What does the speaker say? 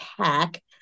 pack